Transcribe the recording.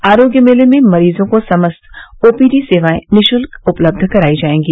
आरोग्य मेले में मरीजों को समस्त ओपीडी सेवाएं निःशुल्क उपलब्ध करायी जायेंगी